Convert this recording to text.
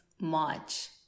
March